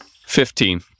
Fifteen